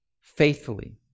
faithfully